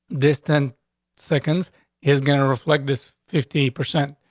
this ten seconds is going to reflect this fifty percent.